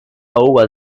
owe